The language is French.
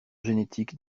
génétiques